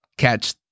catch